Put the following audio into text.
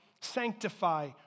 sanctify